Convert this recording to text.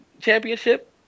championship